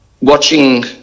watching